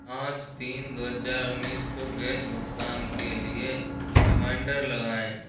पाँच तीन दो हज़ार उन्नीस को गैस भुगतान के लिए रिमाइंडर लगाएँ